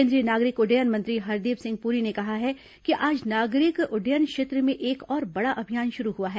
केंद्रीय नागरिक उड्डयन मंत्री हरदीप सिंह पूरी ने कहा है कि आज नागरिक उड्डयन क्षेत्र में एक और बड़ा अभियान शुरू हुआ है